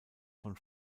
von